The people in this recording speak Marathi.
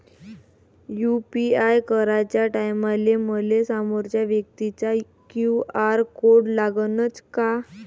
यू.पी.आय कराच्या टायमाले मले समोरच्या व्यक्तीचा क्यू.आर कोड लागनच का?